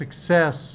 success